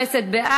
התשע"ד 2014,